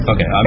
Okay